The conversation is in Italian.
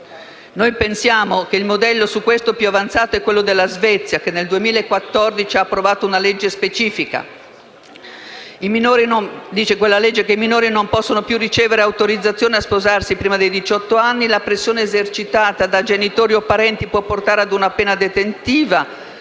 pensiamo che il modello più avanzato sia quello della Svezia, che nel 2014 ha approvato una legge specifica, secondo la quale i minori non possono più ricevere autorizzazione a sposarsi prima dei diciotto anni e la pressione esercitata da genitori o parenti può portare ad una pena detentiva